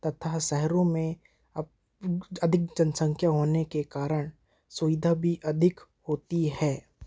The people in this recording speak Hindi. तथा शहरों में अधिक जनसंख्या होने के कारण सुविधा भी अधिक होती है